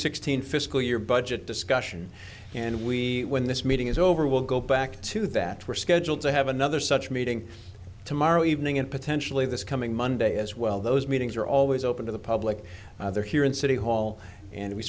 sixteen fiscal year budget discussion and we when this meeting is over we'll go back to that we're scheduled to have another such meeting tomorrow evening and potentially this coming monday as well those meetings are always open to the public either here in city hall and we